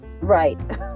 Right